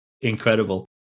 incredible